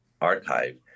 archive